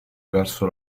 verso